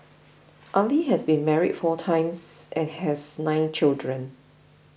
Ali has been married four times and has nine children